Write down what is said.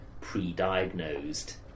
pre-diagnosed